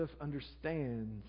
understands